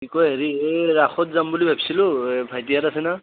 কি কয় হেৰি এই ৰাসত যাম বুলি ভাবিছিলোঁ ঈ ভাইটিহঁত আছে না